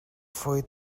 fawi